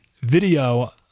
video